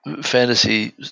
fantasy